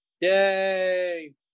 Yay